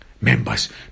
members